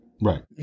right